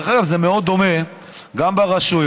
דרך אגב, זה מאוד דומה גם ברשויות: